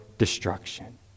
Destruction